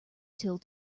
till